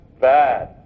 bad